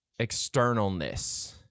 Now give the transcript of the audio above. externalness